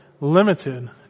limited